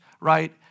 right